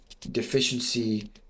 deficiency